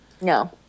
No